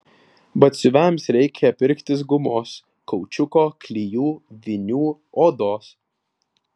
batsiuviams reikia pirktis gumos kaučiuko klijų vinių odos